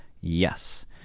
yes